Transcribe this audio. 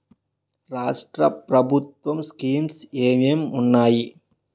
రాష్ట్రం ప్రభుత్వ స్కీమ్స్ ఎం ఎం ఉన్నాయి?